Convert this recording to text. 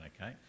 okay